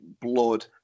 blood